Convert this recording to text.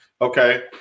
Okay